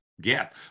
Get